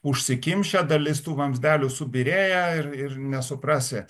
užsikimšę dalis tų vamzdelių subyrėję ir ir nesuprasi